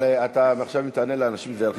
אבל אם תענה עכשיו לאנשים זה יהיה על חשבונך.